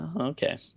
okay